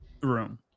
Room